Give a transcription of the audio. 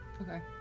Okay